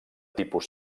tipus